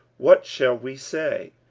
what shall we say?